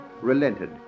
relented